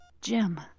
Jim